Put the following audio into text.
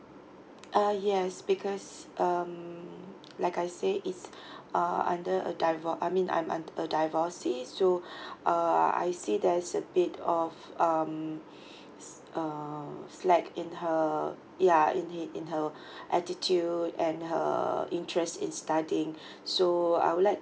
ah yes because um like I say is uh under a divorce I mean I'm I'm a divorcee so uh I see there's a bit of um is uh slack in her ya in it in her attitude and her interest in studying so I would like